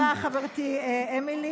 תודה רבה, חברתי אמילי.